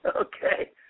Okay